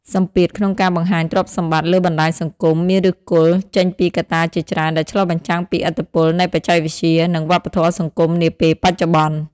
សម្ពាធក្នុងការបង្ហាញទ្រព្យសម្បត្តិលើបណ្តាញសង្គមមានឫសគល់ចេញពីកត្តាជាច្រើនដែលឆ្លុះបញ្ចាំងពីឥទ្ធិពលនៃបច្ចេកវិទ្យា និងវប្បធម៌សង្គមនាពេលបច្ចុប្បន្ន។